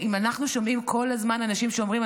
אם אנחנו שומעים כל הזמן אנשים שאומרים: